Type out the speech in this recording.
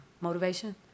motivation